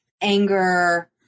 anger